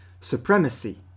Supremacy